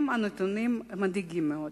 הם נתונים מדאיגים מאוד.